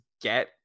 get